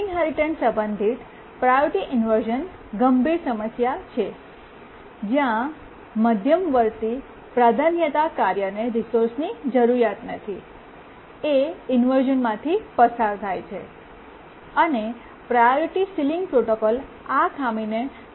inheritance સંબંધિત priority inversion ગંભીર સમસ્યા છે જ્યાં મધ્યવર્તી પ્રાધાન્યતા કાર્યને રિસોર્સની જરૂરિયાત નથી એ ઇન્વર્શ઼નમાંથી પસાર થાય છે અને પ્રાયોરિટી સીલીંગ પ્રોટોકોલ આ ખામીને મોટા પ્રમાણમાં દૂર કરે છે